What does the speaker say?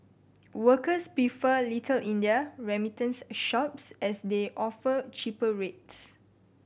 workers prefer Little India remittance shops as they offer cheaper rates